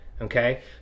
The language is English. okay